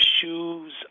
shoes